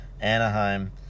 Anaheim